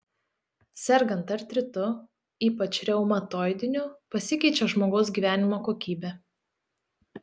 sergant artritu ypač reumatoidiniu pasikeičia žmogaus gyvenimo kokybė